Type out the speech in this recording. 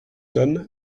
homme